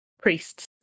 priest's